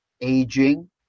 aging